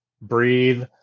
breathe